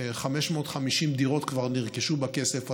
ו-550 דירות כבר נרכשו בכסף הזה.